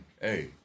hey